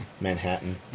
Manhattan